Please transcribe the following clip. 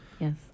Yes